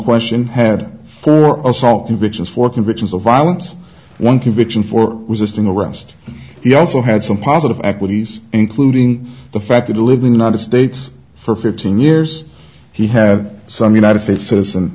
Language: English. question had for assault convictions for convictions of violence one conviction for resisting arrest he also had some positive equities including the fact that living under states for fifteen years he had some united states citizen